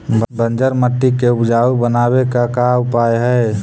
बंजर मट्टी के उपजाऊ बनाबे के का उपाय है?